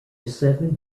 seven